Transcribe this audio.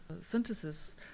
synthesis